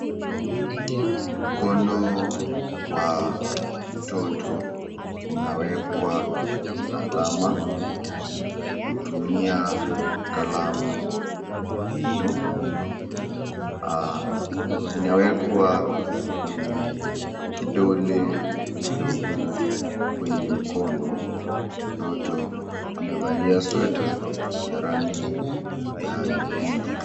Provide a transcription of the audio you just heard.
Mkono wa mtoto unawekwa alama kutumia kalamu ya wino. Aah inawekwa kwenye kidole kidogo kwenye mkono. Mtoto amevalia sweta ya rangi ya nyekundu.